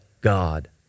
God